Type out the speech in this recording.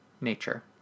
nature